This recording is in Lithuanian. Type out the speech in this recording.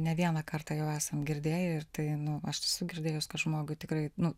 ne vieną kartą jau esam girdėję ir tai nu aš esu girdėjus kad žmogui tikrai nu